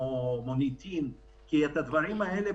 כמו מוניטין כי ברגע שנאבד את הדברים האלה,